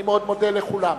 אני מאוד מודה לכולם.